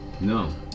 No